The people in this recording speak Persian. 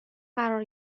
قرار